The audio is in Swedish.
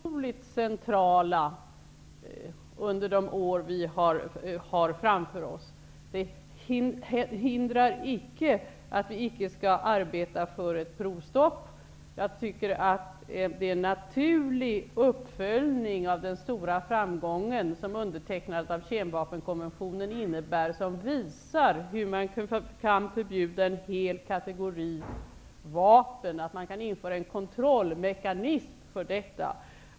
Herr talman! Jag tror att icke-spridningsfrågorna är otroligt centrala under de år vi har framför oss. Det hindrar icke att vi skall arbeta för ett provstopp. Jag tycker att det är en naturlig uppföljning av den stora framgång som undertecknandet av kemvapenkonventionen innebär; den visar hur man kan förbjuda en hel kategori vapen -- man kan införa en kontrollmekanism för detta.